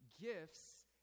Gifts